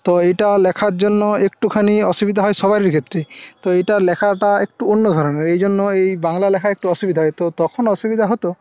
তো এইটা লেখার জন্য একটুখানি অসুবিধা হয় সবারই ক্ষেত্রে তো এইটা লেখাটা একটু অন্য ধরনের এইজন্য এই বাংলা লেখা একটু অসুবিধা হয় তো তখন অসুবিধা হতো